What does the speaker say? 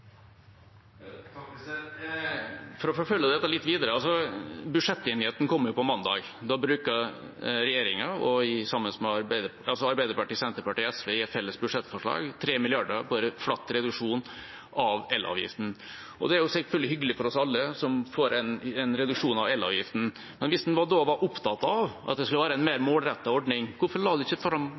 For å forfølge dette litt videre: Budsjettenigheten kom på mandag. Der bruker Arbeiderpartiet, Senterpartiet og SV i et felles budsjettforslag 3 mrd. kr på en flat reduksjon av elavgiften. Det er selvfølgelig hyggelig for oss alle, som får en reduksjon av elavgiften, men hvis en var opptatt av at det skulle være en mer målrettet ordning, hvorfor la ikke budsjettpartnerne fram